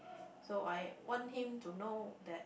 so I want him to know that